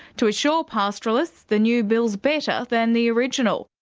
to assure pastoralists the new bill's better than the original.